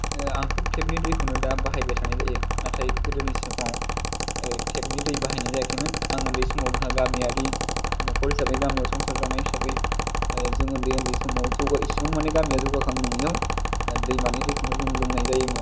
आंथ' थेफ नि दैखौनो दा बाहायबाय थानाय जायो नाथाय गोदोनि समाव थेफ नि दै बाहायनाय जायाखैमोन आं उन्दै समाव जोंहा गामियारि न'खर हिसाबै गामियाव संसार जानाय हिसाबै जों उन्दै उन्दै समाव जौगा एसेबां मानि गामिया जौगाखां नंयियाव दैमानि दैखौनो जों लोंनाय जायोमोन